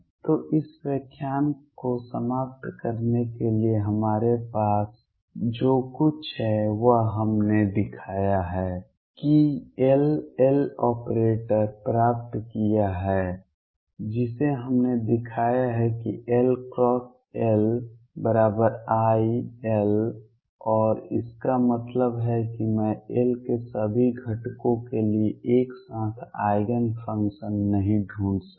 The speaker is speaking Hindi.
तो इस व्याख्यान को समाप्त करने के लिए हमारे पास जो कुछ है वह हमने दिखाया है कि L L ऑपरेटर प्राप्त किया है जिसे हमने दिखाया है कि LLiL और इसका मतलब है कि मैं L के सभी घटकों के लिए एक साथ आइगेन फंक्शन नहीं ढूंढ सकता